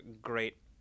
great